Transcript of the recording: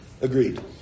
Agreed